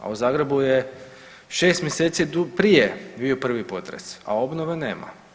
A u Zagrebu je 6 mjeseci prije bio prvi potres, a obnove nema.